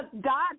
God